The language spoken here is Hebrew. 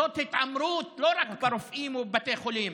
זאת התעמרות לא רק ברופאים ובבתי החולים,